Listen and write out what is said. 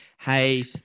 hey